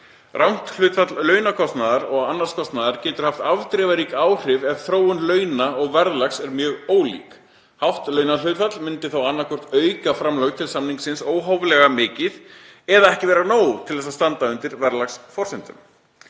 Rangt hlutfall launakostnaðar og annars kostnaðar getur haft afdrifarík áhrif ef þróun launa og verðlags er mjög ólík. Hátt launahlutfall myndi þá annaðhvort auka framlög til samningsins óhóflega mikið eða ekki vera nóg til þess að standa undir verðlagsforsendum.